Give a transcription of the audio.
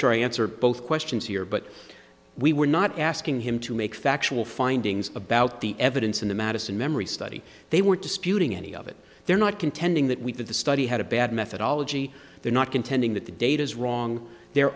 try answer both questions here but we were not asking him to make factual findings about the evidence in the madison memory study they were disputing any of it they're not contending that we did the study had a bad methodology they're not contending that the data is wrong they're